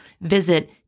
Visit